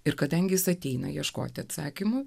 ir kadangi jis ateina ieškoti atsakymų